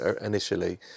initially